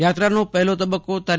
યાત્રાનો પહેલો તબક્કો તા